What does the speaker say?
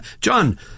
John